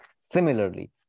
Similarly